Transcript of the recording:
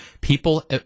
people